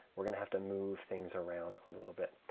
we're going to have to move things around a little bit.